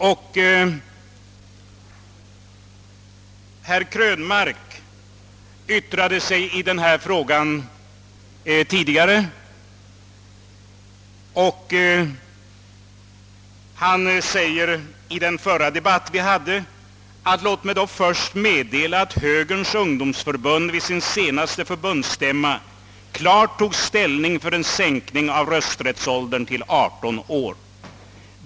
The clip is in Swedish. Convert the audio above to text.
I den förra debatt vi hade i denna fråga yttrade herr Krönmark: »Låt mig då först meddela att högerns ungdomsförbund vid sin senaste förbundsstämma klart tog ställning för en sänkning av rösträttsåldern till 18 år.